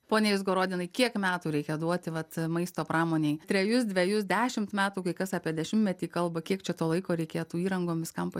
pone izgorodinai kiek metų reikia duoti vat maisto pramonei trejus dvejus dešimt metų kai kas apie dešimtmetį kalba kiek čia to laiko reikėtų įrangom viskam